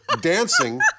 dancing